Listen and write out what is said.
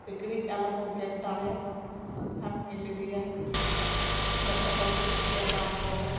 ᱥᱤᱠᱲᱤᱡ ᱟᱞᱚ ᱠᱚ ᱜᱮᱨ ᱫᱟᱲᱮ ᱟᱵᱚᱱ ᱢᱟ ᱵᱟᱝ ᱠᱷᱟᱱ ᱢᱟᱞᱮᱨᱤᱭᱟ ᱦᱩᱭᱩᱜᱼᱟ ᱡᱷᱚᱛᱚ ᱦᱚᱲ ᱡᱮᱢᱚᱱ ᱰᱚᱵᱟᱠᱚ